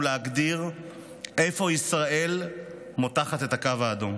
להגדיר איפה ישראל מותחת את הקו האדום,